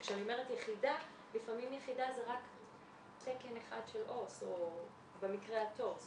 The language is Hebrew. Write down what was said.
וכשאני אומרת יחידה לפעמים יחידה זה רק תקן אחד של עו"ס במקרה הטוב.